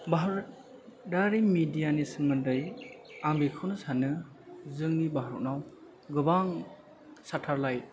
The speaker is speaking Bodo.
भारतारि मिडियानि सोमोन्दै आं बिखौनो सानो जोंनि भारताव गोबां सेटेलाइट